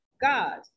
God